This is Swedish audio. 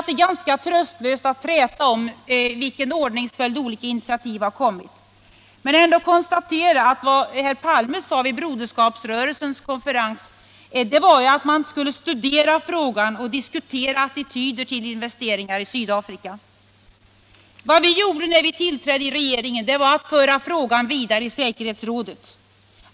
Det är ganska tröstlöst att träta om i vilken ordningsföljd olika initiativ har kommit, men jag vill ändå konstatera att vad herr Palme sade vid Broderskapsrörelsens konferens var att man skulle studera frågan och diskutera attityden till investeringar i Sydafrika. Vad vi gjorde när vi tillträdde regeringen var att föra frågan vidare i FN.